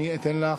אני אתן לך.